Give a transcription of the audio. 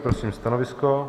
Prosím stanovisko.